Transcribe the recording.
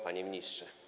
Panie Ministrze!